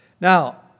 Now